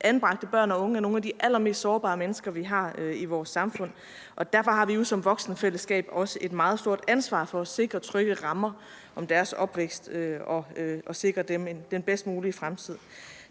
Anbragte børn og unge er nogle af de allermest sårbare mennesker, vi har i vores samfund, og derfor har vi som voksenfællesskab også et meget stort ansvar for at sikre trygge rammer om deres opvækst og sikre dem den bedst mulige fremtid.